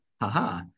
Haha